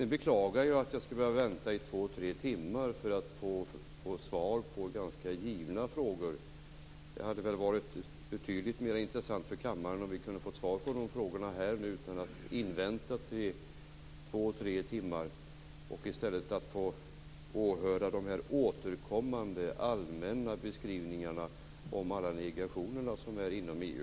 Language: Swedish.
Jag beklagar att jag skall behöva vänta i två tre timmar för att få svar på givna frågor. Det hade väl varit betydligt mer intressant för kammaren om vi hade fått svar på de frågorna nu, i stället för att vi skall vänta två tre timmar och få åhöra de återkommande, allmänna beskrivningarna av alla negationer som finns inom EU.